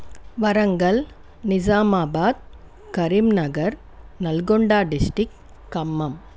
Warangal Nizamabad Karimnagar Nalgonda district Khammam